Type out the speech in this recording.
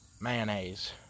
mayonnaise